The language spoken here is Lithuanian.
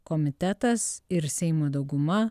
komitetas ir seimo dauguma